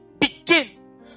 begin